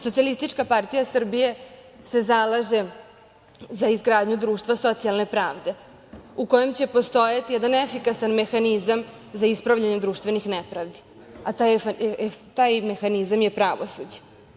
Socijalistička partija Srbije se zalaže za izgradnju društva socijalne pravde u kojem će postojati jedan efikasan mehanizam za ispravljanje društvenih nepravdi, a taj mehanizam je pravosuđe.